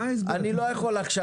אני לא יכול עכשיו